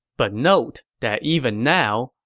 but note that even now,